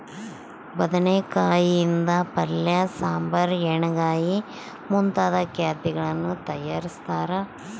ಬದನೆಕಾಯಿ ಯಿಂದ ಪಲ್ಯ ಸಾಂಬಾರ್ ಎಣ್ಣೆಗಾಯಿ ಮುಂತಾದ ಖಾದ್ಯಗಳನ್ನು ತಯಾರಿಸ್ತಾರ